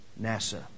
NASA